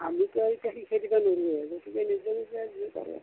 আমিতো আৰু ইতা শিকাই দিব নোৱাৰোঁৱেই গতিকে নিজে নিজে যি পাৰে